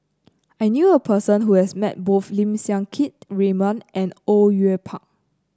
I knew a person who has met both Lim Siang Keat Raymond and Au Yue Pak